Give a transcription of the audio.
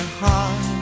heart